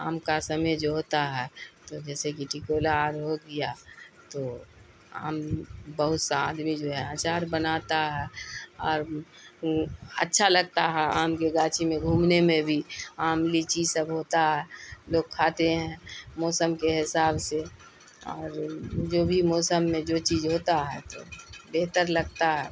آم کا سمے جو ہوتا ہے تو جیسے کہ ٹکولہ آر ہو گیا تو آم بہت سا آدمی جو ہے اچار بناتا ہے اور اچھا لگتا ہے آم کے گاچھی میں گھومنے میں بھی آم لیچی سب ہوتا ہے لوگ کھاتے ہیں موسم کے حساب سے اور جو بھی موسم میں جو چیز ہوتا ہے بہتر لگتا ہے